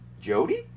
Jody